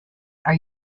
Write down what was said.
are